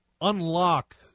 unlock